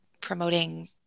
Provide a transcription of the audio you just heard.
promoting